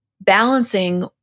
balancing